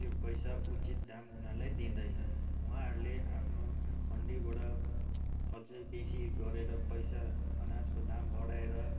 त्यो पैसा उचित दाम उनीहरूलाई दिँदैन उहाँहरूले आफ्नो मन्डीबाट अझै बेसी गरेर पैसा अनाजको दाम बढाएर